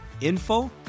info